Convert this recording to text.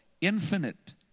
infinite